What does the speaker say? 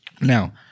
Now